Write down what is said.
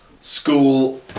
school